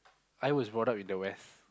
I was brought up in the west